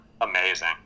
amazing